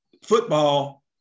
Football